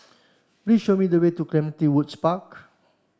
please show me the way to Clementi Woods Park